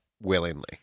willingly